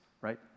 right